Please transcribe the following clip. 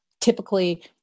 typically